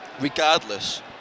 regardless